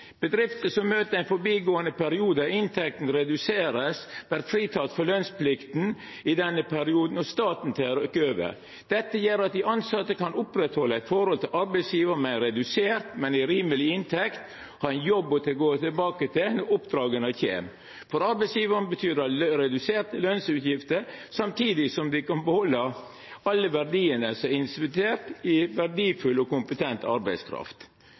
Bedrifter som møter ein forbigåande periode der inntekta vert redusert, får fritak frå lønnsplikta i denne perioden, og staten tek over. Dette gjer at dei tilsette kan oppretthalda eit forhold til arbeidsgjevaren med ei redusert, men rimeleg inntekt og har ein jobb å gå tilbake til når oppdraga kjem. For arbeidsgjevaren betyr det reduserte lønsutgifter samtidig som dei kan behalda alle verdiane som er investerte i verdifull og kompetent arbeidskraft.